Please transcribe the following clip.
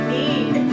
need